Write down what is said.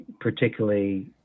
particularly